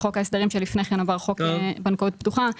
בחוק ההסדרים הקודם עבר חוק בנקאות פתוחה,